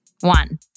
One